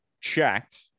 checked